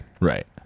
Right